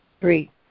Three